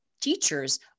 teachers